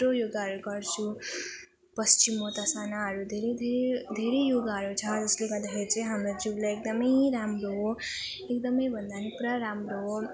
थुप्रो योगाहरू गर्छु पश्चिमोत्तासानाहरू धेरै धेरै धेरै योगाहरू छ जसले गर्दाखेरि चाहिँ हाम्रो जिउलाई एकदम राम्रो हो एकदम भन्दा पनि पुरा राम्रो हो